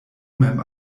mem